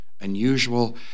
unusual